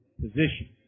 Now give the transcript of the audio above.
position